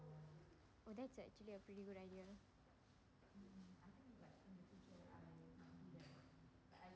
oh that's actually a pretty good idea